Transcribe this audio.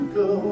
go